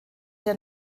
der